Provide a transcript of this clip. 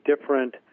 different